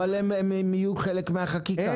הן יהיו חלק מן החקיקה.